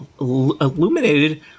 illuminated